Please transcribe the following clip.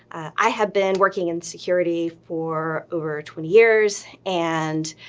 i've been working in security for over twenty years. and,